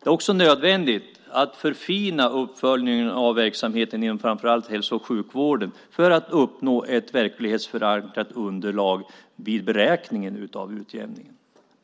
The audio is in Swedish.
Det är också nödvändigt att förfina uppföljningen av verksamheten inom framför allt hälso och sjukvården för att uppnå ett verklighetsförankrat underlag vid beräkningen av åtgärderna.